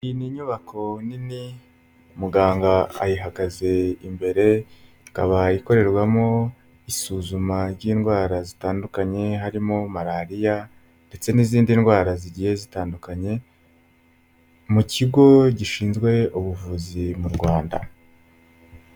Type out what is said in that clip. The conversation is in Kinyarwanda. Iyi ni nyubako nini, muganga ayihagaze imbere, ikaba ikorerwamo isuzuma ry'indwara zitandukanye harimo Malariya ndetse n'izindi ndwara zigiye zitandukanye, mu kigo gishinzwe ubuvuzi mu Rwanda.